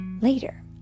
later